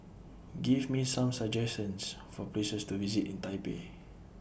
Give Me Some suggestions For Places to visit in Taipei